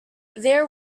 there